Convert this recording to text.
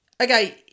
Okay